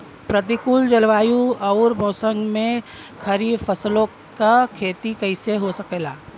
प्रतिकूल जलवायु अउर मौसम में खरीफ फसलों क खेती कइसे हो सकेला?